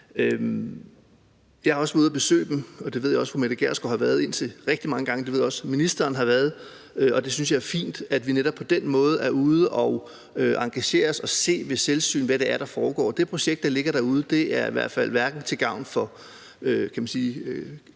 Jeg har været ude og besøge dem, og det ved jeg også fru Mette Gjerskov har været rigtig mange gange. Jeg ved også, at ministeren har været det. Og jeg synes, det er fint, at vi netop på den måde er ude og engagere os og se ved selvsyn, hvad det er, der foregår. Det projekt, der ligger derude, er i hvert fald ikke til gavn for